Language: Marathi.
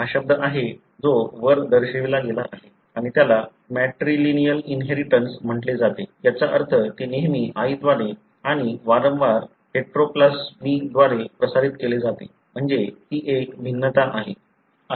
हा शब्द आहे जो वर दर्शविला गेला आहे आणि त्याला मॅट्रिलिनियल इनहेरिटन्स म्हटले जाते याचा अर्थ ते नेहमी आईद्वारे आणि वारंवार हेटरोप्लास्मीद्वारे प्रसारित केले जाते म्हणजे ती एक भिन्नता आहे